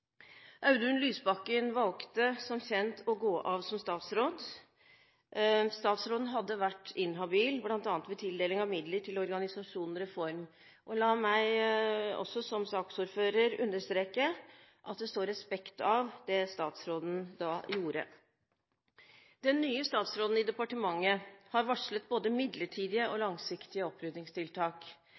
Audun Lysbakken valgte som kjent å gå av som statsråd. Statsråden hadde vært inhabil bl.a. ved tildeling av midler til organisasjonen Reform. La meg også, som saksordføreren, understreke at det står respekt av det statsråden da gjorde. Den nye statsråden i departementet har varslet både midlertidige og langsiktige oppryddingstiltak.